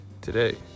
today